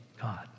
God